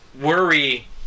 worry